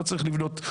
לא צריך לתכנן,